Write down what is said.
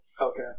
okay